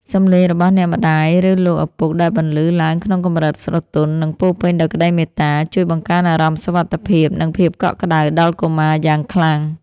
សំឡេងរបស់អ្នកម្ដាយ ឬលោកឪពុកដែលបន្លឺឡើងក្នុងកម្រិតស្រទន់ និងពោរពេញដោយក្តីមេត្តា ជួយបង្កើនអារម្មណ៍សុវត្ថិភាព និងភាពកក់ក្តៅដល់កុមារយ៉ាងខ្លាំង។